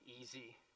easy